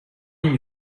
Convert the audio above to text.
این